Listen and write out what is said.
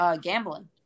gambling